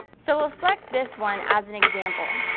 so we'll select this one as an example.